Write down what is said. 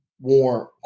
warm